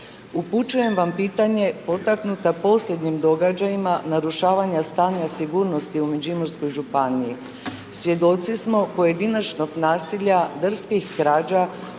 Upućujem vam pitanje potaknuta posljednjim događajima narušavanja stanja sigurnosti u Međimurskoj županiji. Svjedoci smo pojedinačnog nasilja drskih krađa,